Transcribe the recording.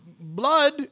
blood